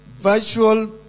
virtual